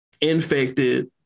infected